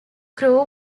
crew